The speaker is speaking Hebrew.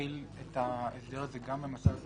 להחיל את ההסדר הזה גם במצב כזה?